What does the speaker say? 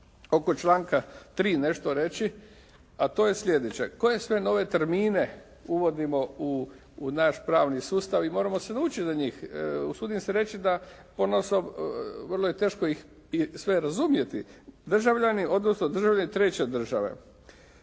oko članka 3. nešto reći, a to je sljedeće: koje sve nove termine uvodimo u naš pravni sustav i moramo se naučiti na njih. Usudim se reći da ponaosob vrlo je teško ih i sve razumjeti, državljani odnosno državljani treće države.